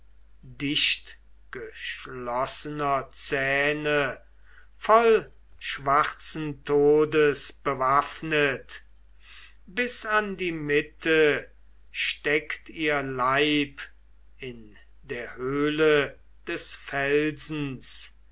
gespitzter dichtgeschlossener zähne voll schwarzen todes bewaffnet bis an die mitte steckt ihr leib in der höhle des felsens